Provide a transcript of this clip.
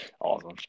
Awesome